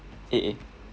eh eh